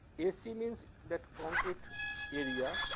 ac means that concrete area,